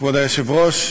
כבוד היושב-ראש,